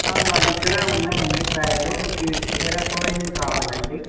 మా దగ్గర ఉన్నాయి అండి కాయలు మీకు ఏ రకమైనవి కావాలండి